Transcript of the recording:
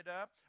up